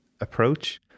approach